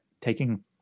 taking